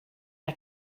mae